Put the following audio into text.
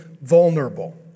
vulnerable